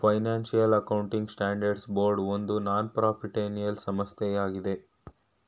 financial accounting standard board ಒಂದು non ಪ್ರಾಫಿಟ್ಏನಲ್ ಸಂಸ್ಥೆಯಾಗಿದೆ